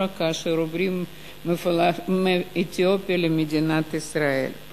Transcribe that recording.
כאשר הם עוברים מאתיופיה למדינת ישראל.